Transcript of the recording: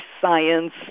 science